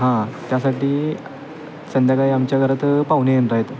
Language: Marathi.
हां त्यासाठी संध्याकाळी आमच्या घरातं पाहुणे येणार आहेत